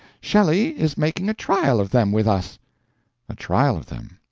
shelley is making a trial of them with us a trial of them.